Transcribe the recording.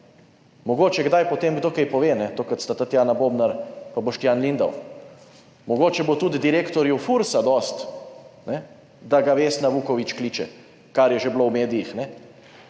Mogoče kdaj potem kdo kaj pove, to kot sta Tatjana Bobnar pa Boštjan Lindav. Mogoče bo tudi direktorju FURS dosti, ne, da ga Vesna Vuković kliče, kar je že bilo v medijih, ne.